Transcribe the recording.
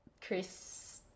Chris